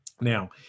Now